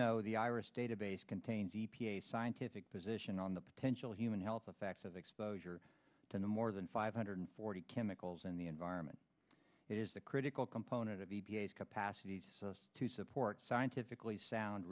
know the iris database contains e p a scientific position on the potential human health effects of exposure to the more than five hundred forty chemicals in the environment it is a critical component of e p a s capacities to support scientifically sound